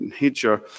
nature